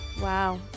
Wow